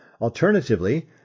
Alternatively